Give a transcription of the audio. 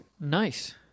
nice